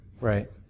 Right